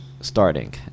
starting